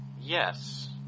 Yes